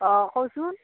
অঁ কচোন